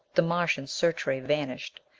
the martian searchray vanished.